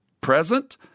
present